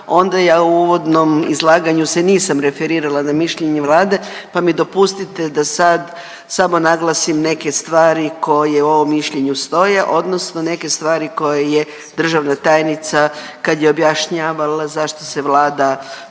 onda ja u uvodnom izlaganju se nisam referirala na mišljenje Vlade, pa mi dopustite da sad samo naglasim neke stvari koje u ovom mišljenju stoje, odnosno neke stvari koje je državna tajnica kad je objašnjavala zašto se Vlada